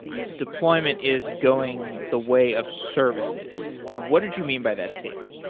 deployment is going the way of services. what did you mean by that statement?